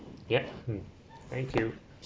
yup mm thank you